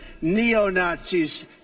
neo-Nazis